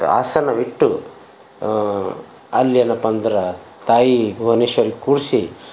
ಆಸನವಿಟ್ಟು ಅಲ್ಲಿ ಏನಪ್ಪಾ ಅಂದ್ರೆ ತಾಯಿ ಭುವನೇಶ್ವರಿ ಕೂರಿಸಿ